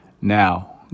Now